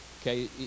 Okay